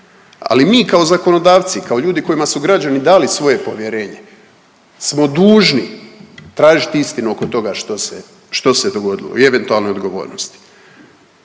Ali mi kao zakonodavci, kao ljudi kojima su građani dali svoje povjerenje smo dužni tražiti istinu oko toga što se dogodilo i eventualnoj odgovornosti.